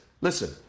listen